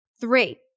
three